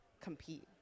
compete